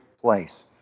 place